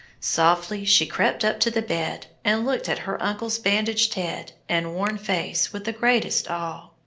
softly she crept up to the bed and looked at her uncle's bandaged head and worn face with the greatest awe.